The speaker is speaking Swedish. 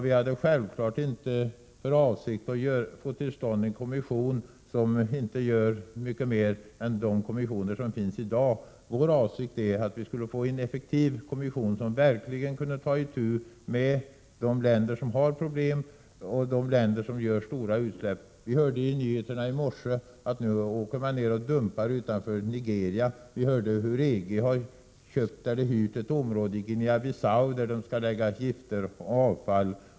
Vi hade självfallet inte för avsikt att få till stånd en kommission som inte gör mycket mer än de kommissioner som finns i dag. Vår avsikt är att få till stånd en effektiv kommission som verkligen kunde ta itu med de länder som har problem och de länder som gör stora utsläpp. Vi hörde i nyheterna i morse att nu åker man ner och dumpar utanför Nigeria. Vi hörde också att EG har köpt eller hyrt ett område i Guinea-Bissau där det skall läggas gifter och avfall.